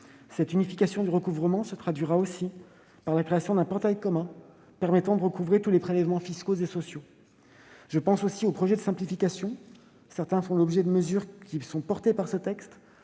Cette unification du recouvrement se traduira également par la création d'un portail commun pour recouvrer tous les prélèvements fiscaux et sociaux. Je pense également aux projets de simplification. Certains font l'objet de mesures cette année, comme